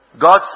God